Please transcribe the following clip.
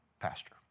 pastor